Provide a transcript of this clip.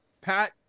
Pat